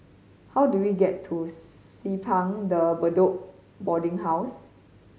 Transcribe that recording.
how do we get to Simpang De Bedok Boarding House